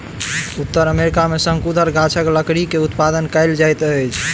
उत्तर अमेरिका में शंकुधर गाछक लकड़ी के उत्पादन कायल जाइत अछि